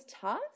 tough